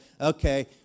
Okay